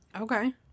okay